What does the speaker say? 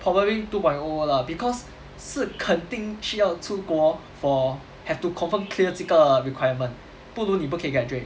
probably two point O lah because 是肯定需要出国 for have to confirm clear 这个 requirement 不如你不可以 graduate